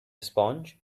sponge